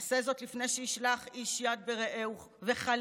עשה זאת לפני שישלח איש יד ברעהו וחלילה,